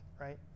right